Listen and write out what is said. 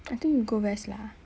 I think you go rest lah